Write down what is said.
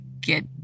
get